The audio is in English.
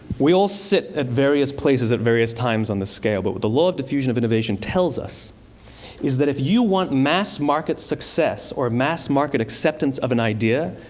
we all sit at various places at various times on this scale, but what the law of diffusion of innovation tells us is that if you want mass-market success or mass-market acceptance of an idea,